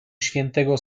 świętego